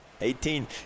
Eighteen